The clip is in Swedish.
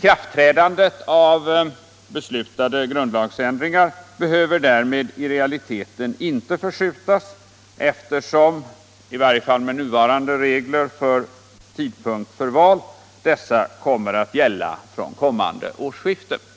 Ikraftträdandet av beslutade grundlagsändringar behöver där 4 juni 1976 med i realiteten inte förskjutas eftersom — i varje fall med nuvarande — regler för tidpunkt för val — dessa kommer att gälla från kommande = Frioch rättigheter i årsskifte.